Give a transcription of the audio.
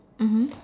mmhmm